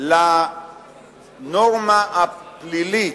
לנורמה הפלילית,